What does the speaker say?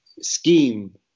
scheme